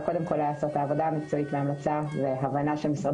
לעשות את העבודה המקצועית בהמלצה והבנה של משרד